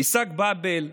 איסאק באבל,